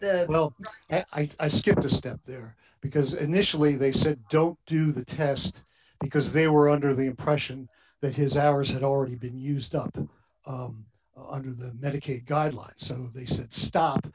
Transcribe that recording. the well i skipped a step there because initially they said don't do the test because they were under the impression that his hours it already been used up under the medicaid guidelines they said stop